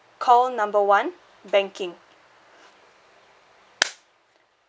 call number one banking